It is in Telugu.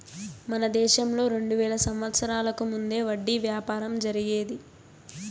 మన దేశంలో రెండు వేల సంవత్సరాలకు ముందే వడ్డీ వ్యాపారం జరిగేది